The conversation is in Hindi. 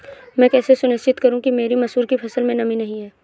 मैं कैसे सुनिश्चित करूँ कि मेरी मसूर की फसल में नमी नहीं है?